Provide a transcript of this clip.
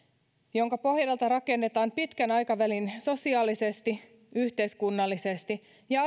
jonka pohjalta rakennetaan pitkän aikavälin sosiaalisesti yhteiskunnallisesti ja